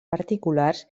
particulars